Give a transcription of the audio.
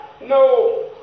no